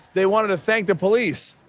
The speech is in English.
they wanted to thank the police.